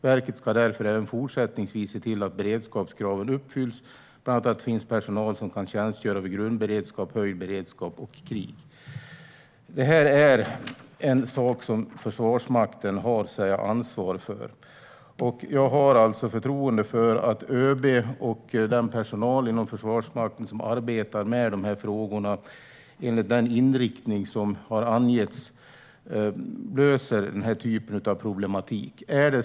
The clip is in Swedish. Verket ska därför även fortsättningsvis se till att beredskapskraven uppfylls, bland annat att det finns personal som kan tjänstgöra vid grundberedskap, höjd beredskap och krig. Detta är en sak som Försvarsmakten har ansvar för. Jag har förtroende för att ÖB och den personal inom Försvarsmakten som arbetar med dessa frågor enligt den inriktning som har angetts löser denna typ av problematik.